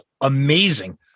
amazing